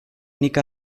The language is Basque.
nik